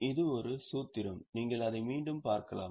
எனவே இது ஒரு சூத்திரம் நீங்கள் அதை மீண்டும் பார்க்கலாம்